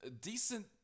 decent